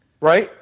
Right